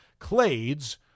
Clades